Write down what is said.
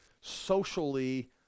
socially